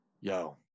Yo